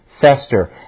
fester